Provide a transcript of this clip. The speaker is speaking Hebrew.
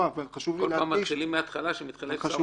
כל פעם מתחילים מההתחלה, כשמתחלף שר אוצר?